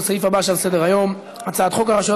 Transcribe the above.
לסעיף הבא שעל סדר-היום: הצעת חוק הרשויות